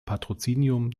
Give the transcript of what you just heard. patrozinium